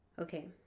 Okay